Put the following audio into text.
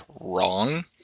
wrong